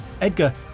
Edgar